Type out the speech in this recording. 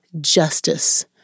justice